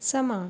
ਸਮਾਂ